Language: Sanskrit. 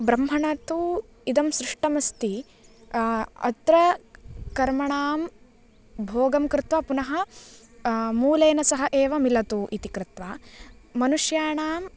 ब्रह्मणा तु इदं सृष्टमस्ति अत्र कर्मणां भोगं कृत्वा पुनः मूलेन सह एव मिलतु इति कृत्वा मनुष्याणां